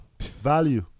value